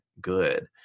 good